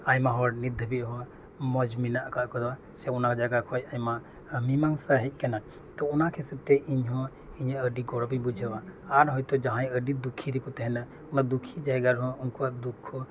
ᱟᱭᱢᱟ ᱦᱚᱲ ᱱᱤᱛ ᱫᱷᱟᱹᱵᱤᱡ ᱦᱚᱸ ᱢᱚᱸᱡᱽ ᱢᱮᱱᱟᱜ ᱟᱠᱟᱫ ᱠᱚᱣᱟ ᱥᱮ ᱚᱱᱟ ᱡᱟᱭᱜᱟ ᱠᱷᱚᱱ ᱟᱭᱢᱟ ᱢᱤᱢᱟᱹᱝᱥᱟ ᱦᱮᱡ ᱟᱠᱟᱱᱟ ᱛᱚ ᱚᱱᱟ ᱠᱷᱟᱹᱛᱤᱨ ᱛᱮ ᱤᱧ ᱦᱚᱸ ᱤᱧᱟᱹᱜ ᱟᱹᱰᱤ ᱜᱚᱨᱚᱵᱤᱧ ᱵᱩᱡᱷᱟᱹᱣᱟ ᱟᱨ ᱦᱚᱭ ᱛᱚ ᱡᱟᱦᱟᱸᱭ ᱟᱹᱰᱤ ᱫᱩᱠᱷᱤ ᱨᱮᱠᱚ ᱛᱟᱦᱮᱱᱟ ᱚᱱᱟ ᱫᱩᱠᱷᱤ ᱡᱟᱭᱜᱟ ᱦᱚᱸ ᱟᱠᱚᱣᱟᱜ ᱫᱩᱠᱠᱷᱚ